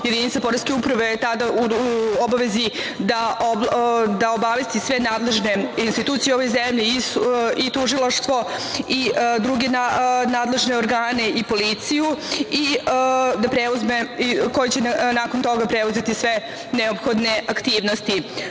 Jedinica poreske uprave je tada u obavezi da obavesti sve nadležne institucije u ovoj zemlji, i tužilaštvo i druge nadležne organe i policiju koji će nakon toga preuzeti sve neophodne aktivnosti. Takođe